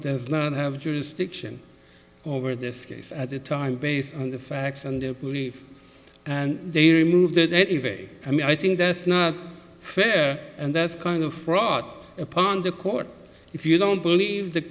as not have jurisdiction over this case at the time based on the facts and their belief and they removed it even i mean i think that's not fair and that's kind of fraud upon the court if you don't believe the